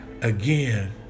again